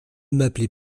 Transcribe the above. m’appelez